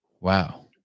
Wow